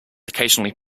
occasionally